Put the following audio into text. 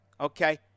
Okay